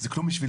זה כלום בשבילם.